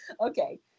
Okay